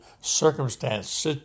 circumstance